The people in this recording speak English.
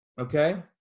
okay